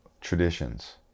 traditions